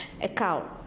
account